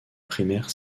primaire